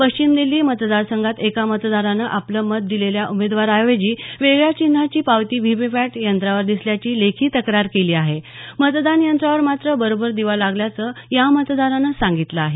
पश्चिम दिल्ली मतदार संघात एका मतदारानं आपण मत दिलेल्या उमेदवारा ऐवजी वेगळ्याच चिन्हाची पावती व्हीव्हीपॅट यंत्रावर दिसल्याची लेखी तक्रार केली आहे मतदान यंत्रावर मात्र बरोबर दिवा लागल्याचं या मतदारानं सांगितलं आहे